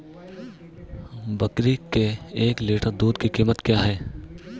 बकरी के एक लीटर दूध की कीमत क्या है?